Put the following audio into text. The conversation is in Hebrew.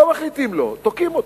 לא מחליטים לא, תוקעים אותך.